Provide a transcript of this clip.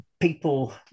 People